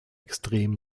extrem